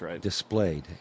displayed